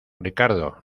ricardo